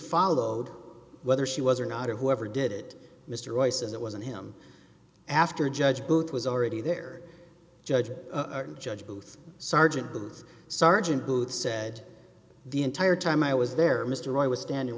followed whether she was or not or whoever did it mr royce is it wasn't him after judge booth was already there judge judge booth sergeant the sergeant booth said the entire time i was there mr roy was standing